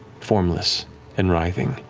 formless and writhing.